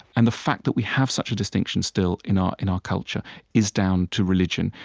and the fact that we have such a distinction still in our in our culture is down to religion.